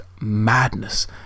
madness